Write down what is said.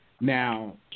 now